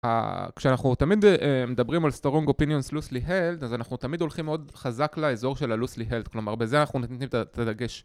כשאנחנו תמיד מדברים על Strong Opinions loosely held, אז אנחנו תמיד הולכים מאוד חזק לאזור של ה-loosely held, כלומר בזה אנחנו נותנים את הדגש